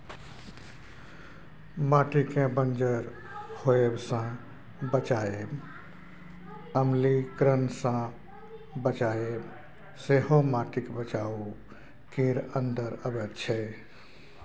माटिकेँ बंजर होएब सँ बचाएब, अम्लीकरण सँ बचाएब सेहो माटिक बचाउ केर अंदर अबैत छै